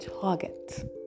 target